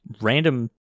random